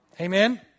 Amen